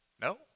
No